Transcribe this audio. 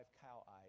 cow-eyed